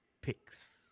Picks